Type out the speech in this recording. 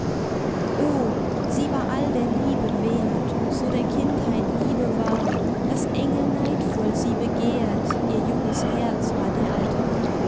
o sie war all der liebe wert und so der kindheit liebe war daß engel neidvoll sie begehrt ihr junges herz war der altar